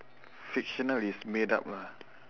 fictional is made up lah